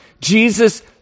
Jesus